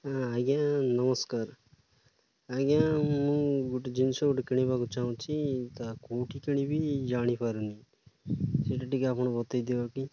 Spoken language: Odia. ହଁ ଆଜ୍ଞା ନମସ୍କାର ଆଜ୍ଞା ମୁଁ ଗୋଟେ ଜିନିଷ ଗୋଟେ କିଣିବାକୁ ଚାହୁଁଛି ତା' କେଉଁଠି କିଣିବି ଜାଣିପାରୁନି ସେଟା ଟିକେ ଆପଣ ବତାଇ ଦେବ କି